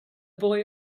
boy